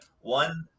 one